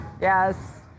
Yes